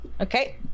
Okay